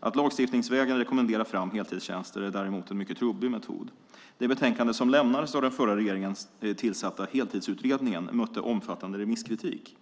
Att lagstiftningsvägen kommendera fram heltidstjänster är däremot en mycket trubbig metod. Det betänkande som lämnades av den av den förra regeringen tillsatta Heltidsutredningen mötte omfattande remisskritik.